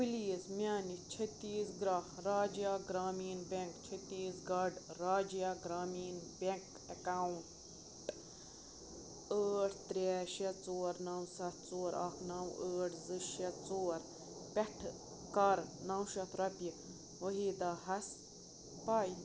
please میانہِ Chhattisgarh Rajya Gramin bank Chhattisgarh Rajya Gramin account ٲٹھ ترٛےٚ شےٚ ژور نو ستھ شور اکھ نو ٲٹھ زٕ شےٚ ژور پٮ۪ٹھٕ کَر نَو شتھ رۄپیہِ واحِدہ ہَس پَے